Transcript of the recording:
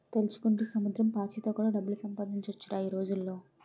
తలుచుకుంటే సముద్రం పాచితో కూడా డబ్బులు సంపాదించొచ్చురా ఈ రోజుల్లో